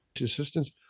assistance